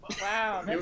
Wow